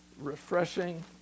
refreshing